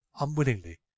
unwillingly